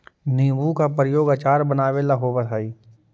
नींबू का प्रयोग अचार बनावे ला होवअ हई